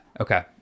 Okay